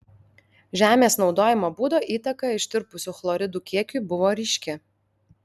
žemės naudojimo būdo įtaka ištirpusių chloridų kiekiui buvo ryški